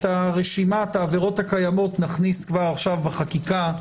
את רשימת העבירות הקיימות נכניס כבר עכשיו בחקיקה.